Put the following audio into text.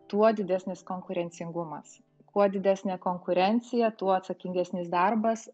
tuo didesnis konkurencingumas kuo didesnė konkurencija tuo atsakingesnis darbas